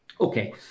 Okay